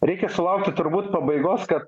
reikia sulaukti turbūt pabaigos kad